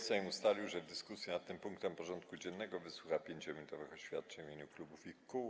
Sejm ustalił, że w dyskusji nad tym punktem porządku dziennego wysłucha 5-minutowych oświadczeń w imieniu klubów i kół.